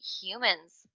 humans